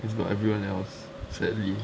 it's about everyone else sadly